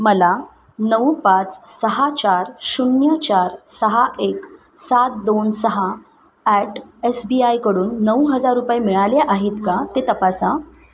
मला नऊ पाच सहा चार शून्य चार सहा एक सात दोन सहा ॲट एस बी आयकडून नऊ हजार रुपये मिळाले आहेत का ते तपासा